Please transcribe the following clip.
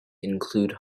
include